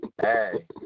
hey